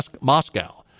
Moscow